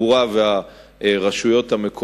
ובהמשך גם מול התחבורה והרשויות המקומיות,